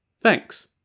Thanks